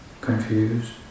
confused